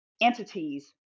entities